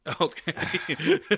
Okay